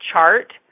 chart